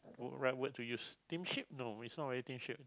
right word to use no it's not really